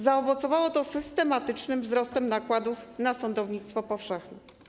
Zaowocowało to systematycznym wzrostem nakładów na sądownictwo powszechne.